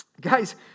guys